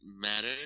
matter